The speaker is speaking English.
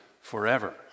forever